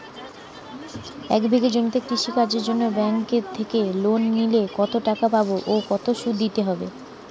এক বিঘে জমিতে কৃষি কাজের জন্য ব্যাঙ্কের থেকে লোন নিলে কত টাকা পাবো ও কত শুধু দিতে হবে?